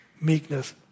meekness